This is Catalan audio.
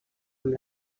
amb